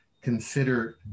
consider